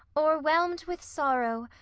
o'erwhelmed with sorrow,